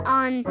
on